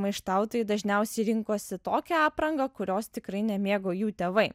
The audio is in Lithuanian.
maištautojai dažniausiai rinkosi tokią aprangą kurios tikrai nemėgo jų tėvai